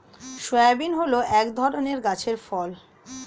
soybean হল এক ধরনের গাছের ফল